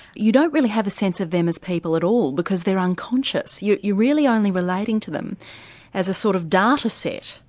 you don't really have a sense of them as people at all because they're unconscious, you're really only relating to them as a sort of data set.